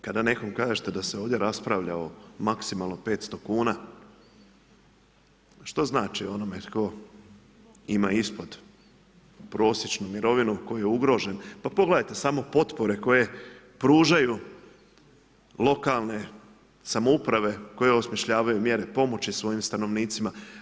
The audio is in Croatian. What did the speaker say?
Kada nekom kažete da se ovdje raspravlja o maksimalno 500 kuna, što znači onome tko ima isplatu, prosječnu mirovinu, koji je ugrožen, pa pogledajte samo potpore koje pružaju lokalne samouprave koje osmišljavaju mjere pomoći svojim stanovnicima.